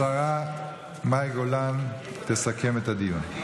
השרה מאי גולן תסכם את הדיון.